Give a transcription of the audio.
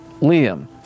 Liam